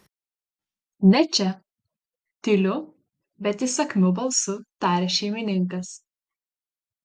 ne čia tyliu bet įsakmiu balsu taria šeimininkas